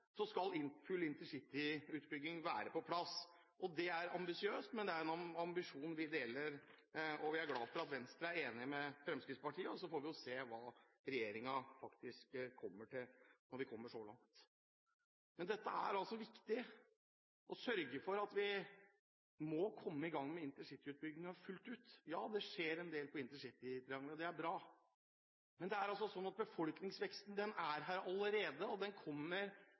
så raskt som mulig, må vi sørge for å finne pengene for å få det til. Fremskrittspartiet og Venstre er enige om, og vi har som mål – vi har forslag her i denne salen – at innen 2025 skal full intercityutbygging være på plass. Det er ambisiøst, men det er en ambisjon vi deler, og vi er glad for at Venstre er enig med Fremskrittspartiet. Så får vi se hva regjeringen faktisk kommer til, når vi kommer så langt. Det er viktig å sørge for at vi kommer i gang med intercityutbyggingen fullt ut. Ja, det skjer en